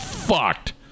fucked